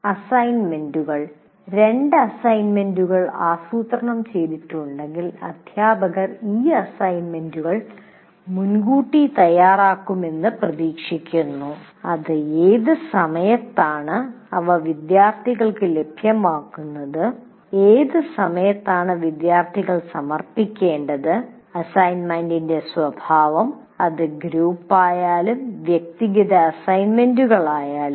അസൈൻമെന്റുകൾ 2 അസൈൻമെന്റുകൾ ആസൂത്രണം ചെയ്തിട്ടുണ്ടെങ്കിൽ അധ്യാപകർ ഈ അസൈൻമെന്റുകൾ മുൻകൂട്ടി തയ്യാറാക്കുമെന്ന് പ്രതീക്ഷിക്കുന്നു ഏത് സമയത്താണ് അവ വിദ്യാർത്ഥികൾക്ക് ലഭ്യമാക്കുന്നത് ഏത് സമയത്താണ് വിദ്യാർത്ഥികൾ സമർപ്പിക്കേണ്ടത് അസൈൻമെന്റിന്റെ സ്വഭാവം അത് ഗ്രൂപ്പായാലും വ്യക്തിഗത അസൈൻമെന്റുകളായാലും